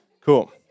cool